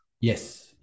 Yes